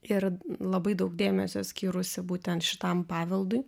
ir labai daug dėmesio skyrusi būtent šitam paveldui